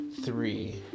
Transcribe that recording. three